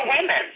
women